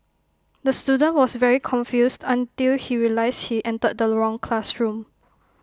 the student was very confused until he realised he entered the wrong classroom